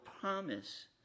promise